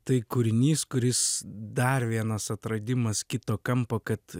tai kūrinys kuris dar vienas atradimas kito kampo kad